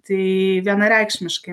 tai vienareikšmiškai